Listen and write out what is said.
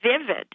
vivid